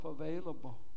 available